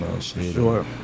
Sure